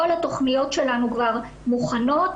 כל התוכניות שלנו כבר מוכנות,